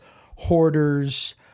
hoarders